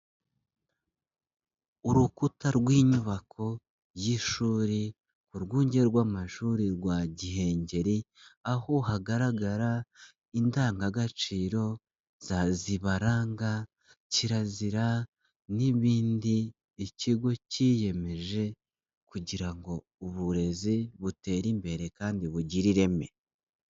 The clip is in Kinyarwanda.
Urukuta rw'inyubako y'ishuri ku rwunge rw'amashuri rwa gihengeri, aho hagaragara indangagaciro za zibaranga, kirazira n'ibindi ikigo cyiyemeje kugira ngo uburezi butere imbere kandi bugire ireme.